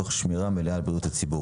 תוך שמירה מלאה על בריאות הציבור.